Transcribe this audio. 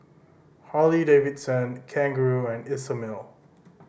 Harley Davidson Kangaroo and Isomil